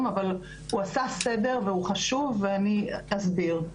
אבל הוא עשה סדר והוא חשוב ואני אסביר.